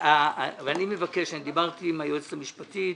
אני מבקש, אני דיברתי עם היועצת המשפטית.